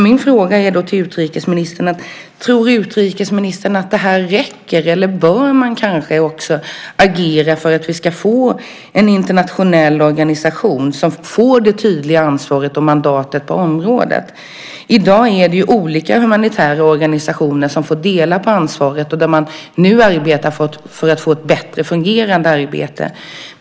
Min fråga till utrikesministern är: Tror utrikesministern att det räcker, eller bör man kanske också agera för att vi ska få en internationell organisation som får det tydliga ansvaret och mandatet på området? I dag är det olika humanitära organisationer som får dela på ansvaret. Nu arbetar man för att få ett bättre fungerande arbete.